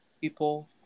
people